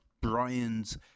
Brian's